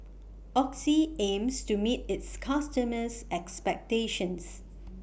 Oxy aims to meet its customers' expectations